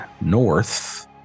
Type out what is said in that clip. north